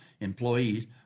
employees